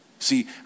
See